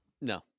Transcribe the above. no